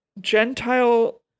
Gentile